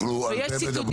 אנחנו על זה מדברים.